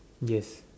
yes